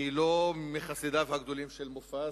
אני לא מחסידיו הגדולים של מופז,